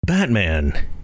Batman